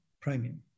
premium